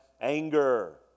anger